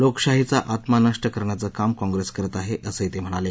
लोकशाहीचा आत्मा नष्ट करण्याचं काम कॉंप्रेस करत आहे असंही ते म्हणाले